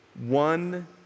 one